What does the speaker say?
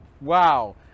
wow